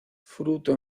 fruto